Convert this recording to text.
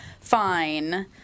fine